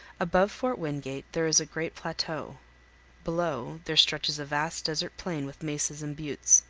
above fort wingate there is a great plateau below, there stretches a vast desert plain with mesas and buttes.